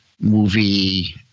movie